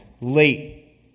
late